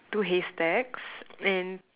two haystacks and